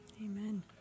Amen